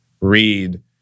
read